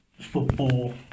football